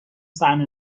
سهم